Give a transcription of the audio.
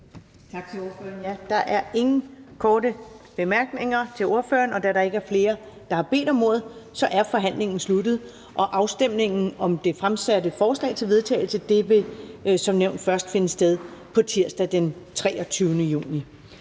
Tak til ordføreren. Der er ingen korte bemærkninger til ordføreren. Da der ikke er flere, der har bedt om ordet, er forhandlingen sluttet. Afstemning om det fremsatte forslag til vedtagelse vil som nævnt først finde sted på tirsdag den 23. juni